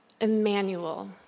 Emmanuel